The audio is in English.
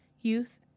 youth